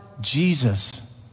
Jesus